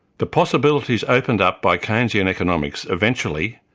the possibilities opened up by keynesian economics eventually,